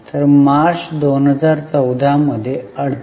तर मार्च 14 मध्ये 38